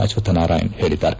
ಅಶ್ವತ್ಪನಾರಾಯಣ್ ಹೇಳಿದ್ದಾರೆ